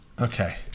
Okay